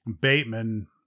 Bateman